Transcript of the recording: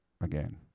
again